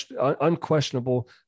unquestionable